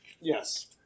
Yes